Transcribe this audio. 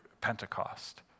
Pentecost